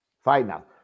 Final